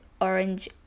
orange